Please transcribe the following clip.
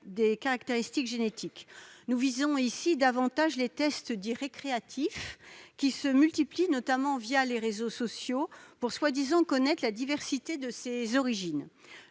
des caractéristiques génétiques. Nous visons ici davantage les tests dits « récréatifs », qui se multiplient notamment les réseaux sociaux, pour soi-disant connaître la diversité de ses origines.